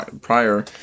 prior